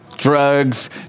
drugs